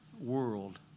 world